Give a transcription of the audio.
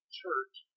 church